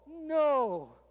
no